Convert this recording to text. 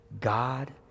God